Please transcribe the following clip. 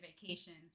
vacations